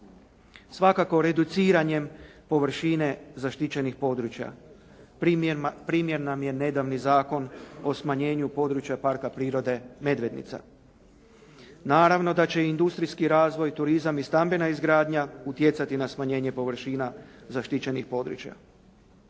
Svakako reduciranjem površine zaštićenih područja. Primljen nam je nedavni Zakon o smanjenju područja Parka prirode "Medvednica". Naravno da će industrijski razvoj i turizam i stambena izgradnja utjecati na smanjenje površina zaštićenih područja.